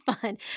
fun